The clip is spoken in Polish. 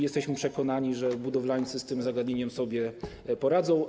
Jesteśmy przekonani, że budowlańcy z tym zagadnieniem sobie poradzą.